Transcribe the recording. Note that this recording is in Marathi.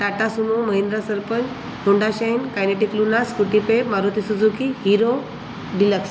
टाटा सुमो महिंद्रा सरपं Honda Shine Kinetic Luna Scooty Pep Maruti Suzuki Hero deluxe